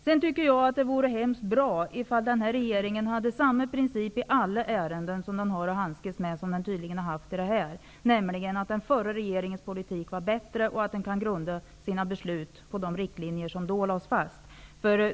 Det vore mycket bra om den här regeringen i alla ärenden som den har att handskas med kunde följa samma princip som den tydligen följt i det här sammanhanget -- nämligen att den förra regeringens politik var bättre och att nuvarande regering kan grunda sina beslut på de riktlinjer som tidigare lades fast.